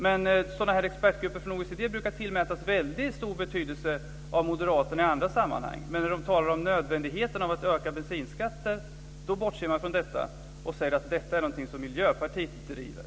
Men sådana expertgrupper från OECD brukar tillmätas väldigt stor betydelse av moderaterna i andra sammanhang. Men när OECD talar om nödvändigheten av att öka bensinskatten, då bortser moderaterna från det och säger att detta är något som Miljöpartiet driver.